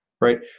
right